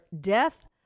death